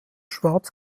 schwarz